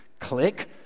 click